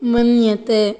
मन्यते